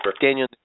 Daniel